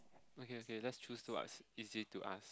okay okay let's choose what's easy to ask